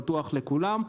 פתוח לכולם.